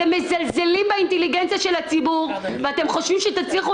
אתם מזלזלים באינטליגנציה של הציבור וחושבים שתצליחו